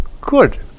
good